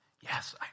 yes